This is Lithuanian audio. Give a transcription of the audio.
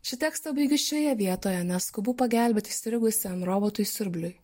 šį tekstą baigiu šioje vietoje nes skubu pagelbėt įstrigusiam robotui siurbliui